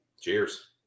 Cheers